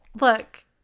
Look